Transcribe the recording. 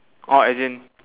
oh as in